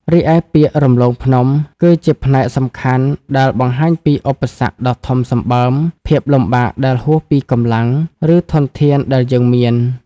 រីឯពាក្យ រំលងភ្នំ គឺជាផ្នែកសំខាន់ដែលបង្ហាញពីឧបសគ្គដ៏ធំសម្បើម ភាពលំបាកដែលហួសពីកម្លាំង ឬធនធានដែលយើងមាន។